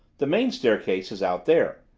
the main staircase is out there,